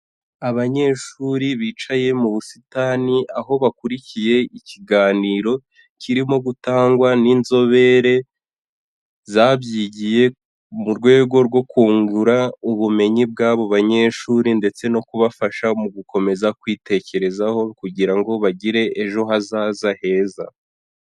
Abanyeshuri bicaye mu busitani aho bakurikiye ikiganiro kirimo gutangwa n'inzobere zabyigiye mu rwego rwo kungura ubumenyi bw'abo banyeshuri ndetse no kubafasha mu gukomeza kwitekerezaho kugira ngo bagire ejo hazaza heza.